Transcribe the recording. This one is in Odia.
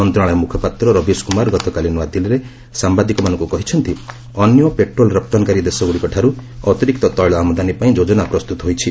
ମନ୍ତ୍ରଣାଳୟ ମୁଖପାତ୍ର ରବିଶ କୁମାର ଗତକାଲି ନ୍ତଆଦିଲ୍ଲୀରେ ସାମ୍ବାଦିକମାନଙ୍କୁ କହିଛନ୍ତି ଅନ୍ୟ ପେଟ୍ରୋଲ ରପ୍ତାନକାରୀ ଦେଶଗୁଡ଼ିକଠାରୁ ଅତିରିକ୍ତ ତେିଳ ଆମଦାନୀ ପାଇଁ ଯୋଜନା ପ୍ରସ୍ତୁତ ହୋଇଛି